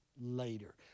later